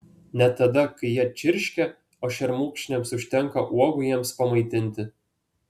net tada kai jie čirškia o šermukšniams užtenka uogų jiems pamaitinti